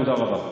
תודה רבה.